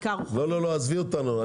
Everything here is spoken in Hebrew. עזבי אותנו.